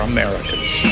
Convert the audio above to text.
Americans